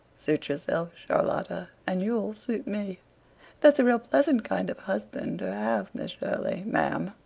suit yourself, charlotta, and you'll suit me that's a real pleasant kind of husband to have, miss shirley, ma'am.